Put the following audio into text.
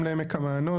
גם לעמק המעיינות,